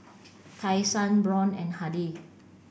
Tai Sun Braun and Hardy